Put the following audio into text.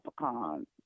pecans